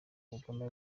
bugome